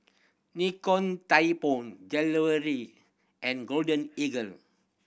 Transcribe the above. Nikon Tianpo and Golden Eagle